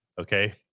okay